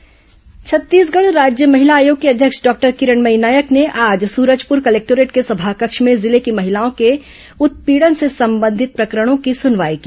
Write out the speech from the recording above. महिला आयोग सुनवाई छत्तीसगढ़ राज्य महिला आयोग की अध्यक्ष डॉक्टर किरणमयी नायक ने आज सूरजपुर कलेक्टोरेट के समाकक्ष में जिले की महिलाओं के उत्पीड़न से संबंधित प्रकरणों की सुनवाई की